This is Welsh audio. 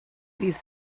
ddydd